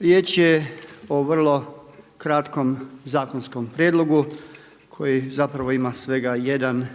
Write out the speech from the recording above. Riječ je o vrlo kratkom zakonskom prijedlogu koji zapravo ima svega jedan